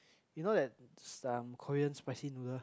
you know that some Korean spicy noodle